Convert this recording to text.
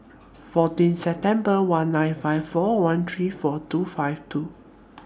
fourteen September one nine five four one three four two five two